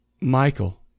Michael